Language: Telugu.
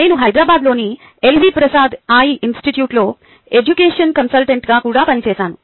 నేను హైదరాబాద్లోని ఎల్వి ప్రసాద్ ఐ ఇనిస్టిట్యూట్లో ఎడ్యుకేషన్ కన్సల్టెంట్గా కూడా పనిచేశాను